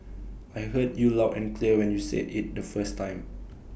I heard you loud and clear when you said IT the first time